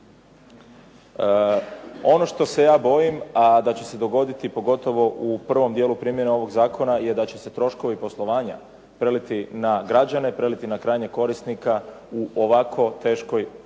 Ono što se ja bojim, a da će se dogoditi pogotovo u prvom dijelu primjene ovog zakona je da će se troškovi poslovanja preliti na građane, preliti na krajnjeg korisnika u ovako teškoj gospodarskoj